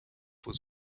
was